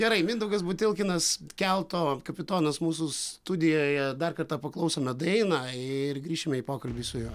gerai mindaugas butilkinas kelto kapitonas mūsų studijoje dar kartą paklausome dainą ir grįšime į pokalbį su jo